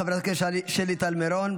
חברת הכנסת שלי טל מירון,